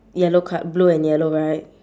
yellow cut blue and yellow right